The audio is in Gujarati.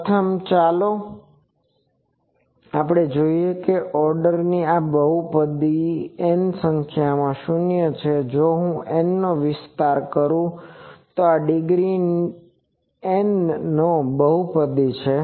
પ્રથમ ચાલો જોઈએ કે ઓર્ડર ની આ બહુપદી n ની સંખ્યામાં શૂન્ય છે જો હું N નો વિસ્તાર કરું તો આ ડિગ્રી N નો બહુપદી છે